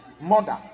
mother